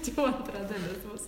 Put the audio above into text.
čia jau antra dalis bus